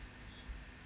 mm